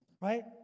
Right